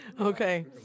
Okay